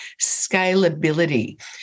scalability